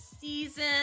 season